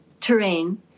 terrain